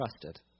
trusted